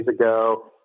ago